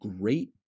great